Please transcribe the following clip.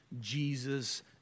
Jesus